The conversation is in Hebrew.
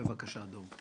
בבקשה דב.